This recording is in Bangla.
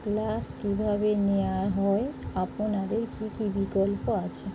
ক্লাস কীভাবে নেওয়া হয় আপনাদের কী কী বিকল্প আছে